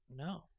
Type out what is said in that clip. No